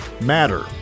matter